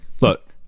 Look